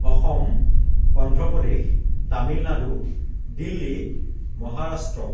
Assam Andhra Pradesh Tamil Nadu Delhi Maharashtra